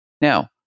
Now